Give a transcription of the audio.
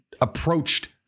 approached